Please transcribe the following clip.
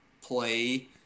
play